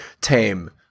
tame